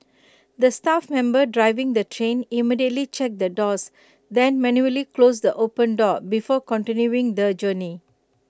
the staff member driving the train immediately checked the doors then manually closed the open door before continuing the journey